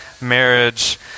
marriage